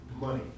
money